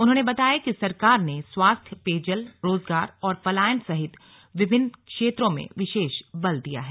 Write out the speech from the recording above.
उन्होंने बताया कि सरकार ने स्वास्थ्य पेयजल रोजगार और पलायन सहित विभिन्न क्षेत्रों में विशेष बल दिया है